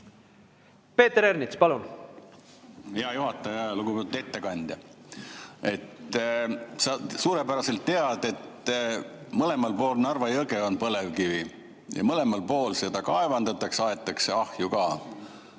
Peeter Ernits, palun! Hea juhataja! Lugupeetud ettekandja! Sa suurepäraselt tead, et mõlemal pool Narva jõge on põlevkivi ja mõlemal pool seda kaevandatakse, aetakse ka